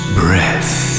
breath